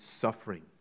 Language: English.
suffering